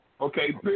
Okay